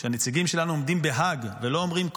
כשהנציגים שלנו עומדים בהאג ולא אומרים,